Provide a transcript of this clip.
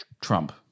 Trump